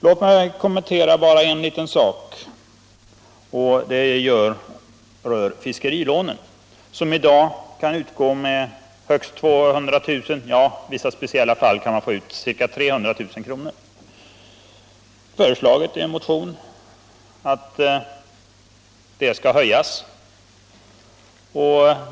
Låt mig härutöver bara kommentera fiskerilånen, som i dag kan utgå med högst 200 000 kr. — i speciella fall 300 000. Det har föreslagits i en motion att beloppet skall höjas.